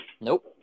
nope